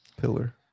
pillar